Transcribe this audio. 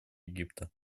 египта